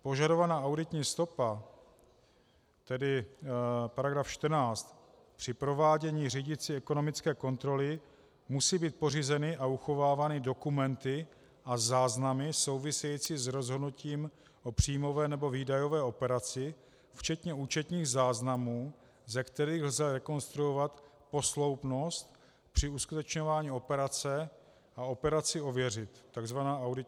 Požadovaná auditní stopa, tedy § 14, při provádění řídicí ekonomické kontroly musí být pořízeny a uchovávány dokumenty a záznamy související s rozhodnutím o příjmové nebo výdajové operaci, včetně účetních záznamů, ze kterých lze rekonstruovat posloupnost při uskutečňování operace a operaci ověřit, tzv. auditní stopa.